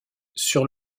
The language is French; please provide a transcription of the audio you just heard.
sur